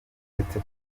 uretse